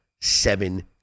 seven